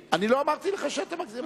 אני לא אמרתי לך שאתה מגזים,